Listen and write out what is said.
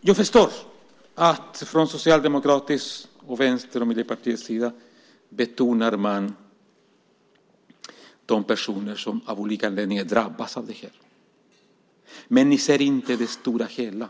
Jag förstår att man från Socialdemokraternas, Vänsterns och Miljöpartiets sida betonar de personer som av olika anledningar drabbas av det här. Men ni ser inte det stora hela;